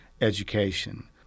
education